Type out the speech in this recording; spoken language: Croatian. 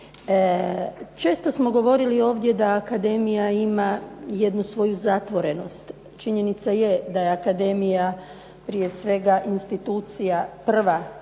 Često smo govorili ovdje da akademija ima jednu svoju zatvorenost. Činjenica je da je akademija prije svega institucija, prva